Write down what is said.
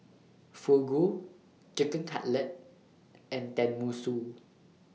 Fugu Chicken Cutlet and Tenmusu